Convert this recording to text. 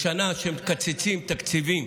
בשנה שמקצצים תקציבים